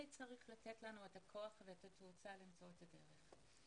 זה צריך לתת לנו את הכוח ואת התרופה למצוא את הדרך.